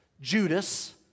Judas